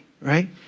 right